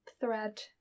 thread